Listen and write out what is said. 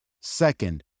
Second